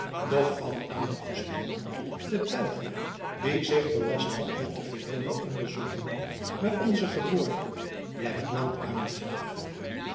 doch van adel gesproken de pelgrim die zich belast had met te verona onderzoek te doen naar onze geboorte blijft lang uit